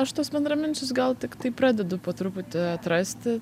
aš tuos bendraminčius gal tiktai pradedu po truputį atrasti